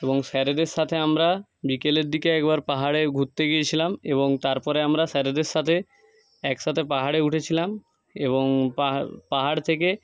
এবং স্যারদের সাথে আমরা বিকেলের দিকে একবার পাহাড়েও ঘুরতে গিয়েছিলাম এবং তারপরে আমরা স্যারেদের সাথে একসাথে পাহাড়ে উঠেছিলাম এবং পাহাড় থেকে